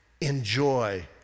enjoy